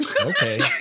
Okay